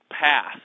path